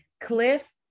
Cliff